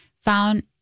found